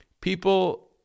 People